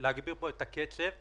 אנחנו נחבר אתכם עוד בהמשך.